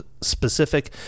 specific